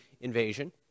invasion